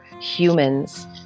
humans